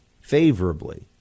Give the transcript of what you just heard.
favorably